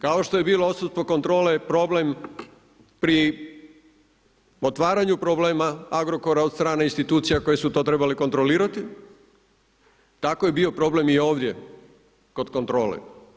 Kao što je bilo odsustvo kontrole problem pri otvaranju problema Agrokora od strane institucija koje su to trebale kontrolirati, tako je to bio problem i ovdje kod kontrole.